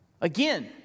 Again